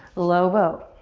low boat.